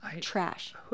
Trash